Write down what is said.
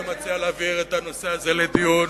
אני מציע להעביר את הנושא הזה לדיון